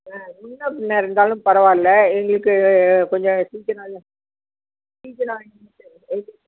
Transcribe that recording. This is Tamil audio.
ஆ முன்னே பின்னே இருந்தாலும் பரவாயில்ல எங்களுக்கு கொஞ்சம் சீக்கிரம் சீக்கிரம்